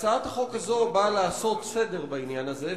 הצעת החוק הזו באה לעשות סדר בעניין הזה,